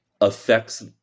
affects